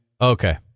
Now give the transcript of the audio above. Okay